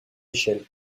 échelle